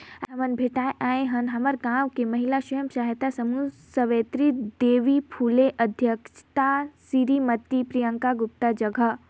आयज हमन भेटाय आय हन हमर गांव के महिला स्व सहायता समूह सवित्री देवी फूले अध्यक्छता सिरीमती प्रियंका गुप्ता जघा